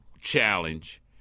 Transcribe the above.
challenge